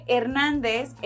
Hernández